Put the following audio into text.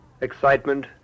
excitement